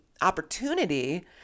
opportunity